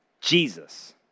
Jesus